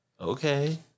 okay